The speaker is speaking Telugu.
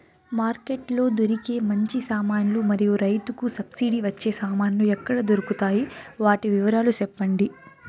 మార్కెట్ లో దొరికే మంచి సామాన్లు మరియు రైతుకు సబ్సిడి వచ్చే సామాన్లు ఎక్కడ దొరుకుతాయి? వాటి వివరాలు సెప్పండి?